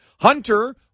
Hunter